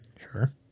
Sure